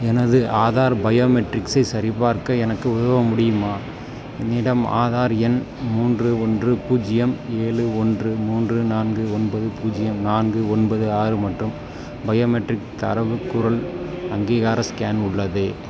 எனது ஆதார் பயோமெட்ரிக்ஸை சரிபார்க்க எனக்கு உதவ முடியுமா என்னிடம் ஆதார் எண் மூன்று ஒன்று பூஜ்ஜியம் ஏழு ஒன்று மூன்று நான்கு ஒன்பது பூஜ்ஜியம் நான்கு ஒன்பது ஆறு மற்றும் பயோமெட்ரிக் தரவுக் குரல் அங்கீகார ஸ்கேன் உள்ளது